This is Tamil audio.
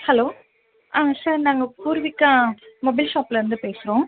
ஹலோ ஆ சார் நாங்கள் பூர்விகா மொபைல் ஷாப்லிருந்து பேசுகிறோம்